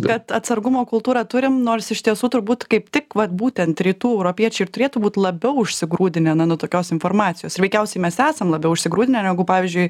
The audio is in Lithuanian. bet atsargumo kultūrą turim nors iš tiesų turbūt kaip tik vat būtent rytų europiečiai turėtų būt labiau užsigrūdinę na nuo tokios informacijos ir veikiausiai mes esam labiau užsigrūdinę negu pavyzdžiui